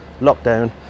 lockdown